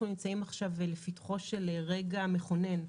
אנחנו נמצאים עכשיו בפתחו של רגע מכונן.